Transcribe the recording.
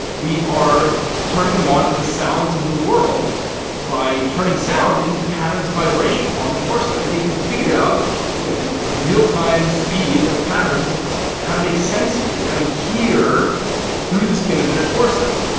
we are turning them on to the sounds of the world by turning sound into patterns of vibration on the torso, and they can figure out you know in real-time speed of patterns how to make sense of these, how to hear through the skin of their torso.